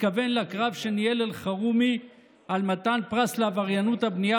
התכוון לקרב שניהל אלחרומי על מתן פרס לעבריינות הבנייה